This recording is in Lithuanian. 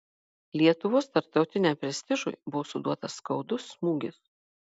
lietuvos tarptautiniam prestižui buvo suduotas skaudus smūgis